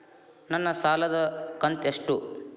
ನನ್ನ ಸಾಲದು ಕಂತ್ಯಷ್ಟು?